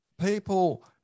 people